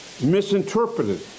misinterpreted